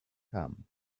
come